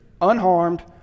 unharmed